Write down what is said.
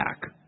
back